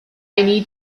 need